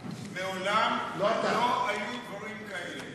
מעולם לא היו דברים כאלה.